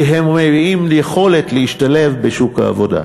כי הם מביעים יכולת להשתלב בשוק העבודה.